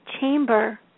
chamber